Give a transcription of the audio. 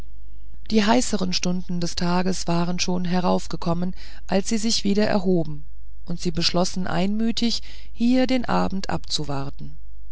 die heißeren stunden des tages waren schon heraufgekommen als sie sich wieder erhoben und sie beschlossen einmütig hier den abend abzuwarten